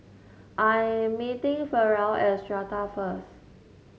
I meeting Ferrell at Strata first